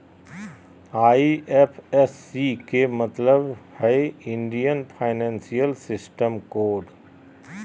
IFSC के मतलब हइ इंडियन फाइनेंशियल सिस्टम कोड